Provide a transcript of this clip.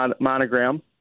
monogram